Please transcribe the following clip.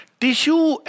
tissue